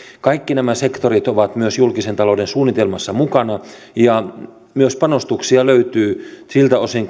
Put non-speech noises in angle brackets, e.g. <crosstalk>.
kaikki nämä sektorit ovat myös julkisen talouden suunnitelmassa mukana ja myös panostuksia löytyy siltä osin <unintelligible>